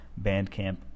bandcamp